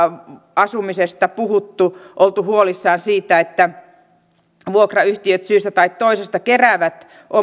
asumisesta puhuttu oltu huolissaan siitä että vuokrayhtiöt syystä tai toisesta keräävät